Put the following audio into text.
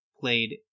played